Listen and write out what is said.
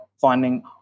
finding